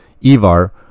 Ivar